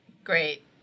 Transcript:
Great